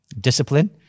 discipline